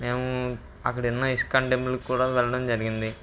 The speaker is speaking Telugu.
మేము అక్కడ ఉన్న ఇస్కాన్ టెంపులుకు కూడా వెళ్ళడం జరిగింది